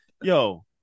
Yo